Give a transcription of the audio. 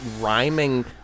rhyming